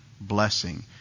blessing